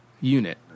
unit